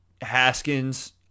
Haskins